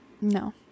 no